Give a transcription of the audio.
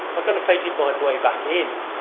ah kind of painted my way back in